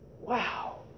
Wow